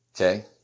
Okay